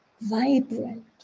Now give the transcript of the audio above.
vibrant